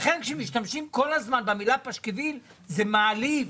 לכן כשמשתמשים כל הזמן במילה פשקוויל זה מעליב.